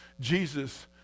Jesus